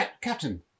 Captain